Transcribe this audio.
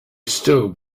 still